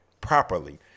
properly